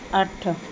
ਅੱਠ